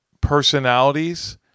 personalities